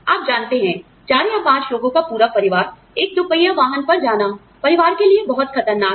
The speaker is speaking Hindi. आप जानते हैं चार या पांच लोगों का पूरा परिवार एक दोपहिया वाहन पर जाना परिवार के लिए बहुत खतरनाक है